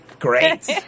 Great